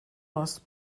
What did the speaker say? last